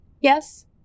Yes